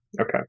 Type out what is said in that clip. Okay